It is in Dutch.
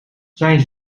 zijn